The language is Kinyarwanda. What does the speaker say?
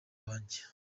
wanjye